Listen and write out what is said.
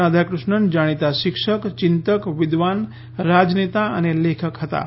રાધાકૃષ્ણન જાણીતા શિક્ષક ચિંતક વિદ્વાન રાજનેતા અને લેખક હતાં